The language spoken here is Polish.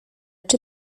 czy